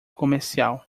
comercial